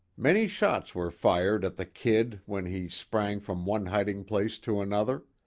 many shots were fired at the kid when he sprang from one hiding place to another.